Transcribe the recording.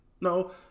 No